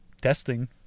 Testing